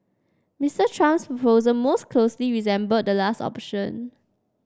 Mister Trump's proposal most closely resembled the last option